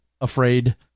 afraid